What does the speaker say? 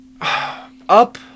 up